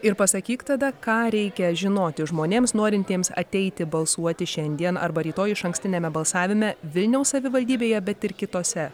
ir pasakyk tada ką reikia žinoti žmonėms norintiems ateiti balsuoti šiandien arba rytoj išankstiniame balsavime vilniaus savivaldybėje bet ir kitose